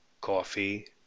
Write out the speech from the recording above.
coffee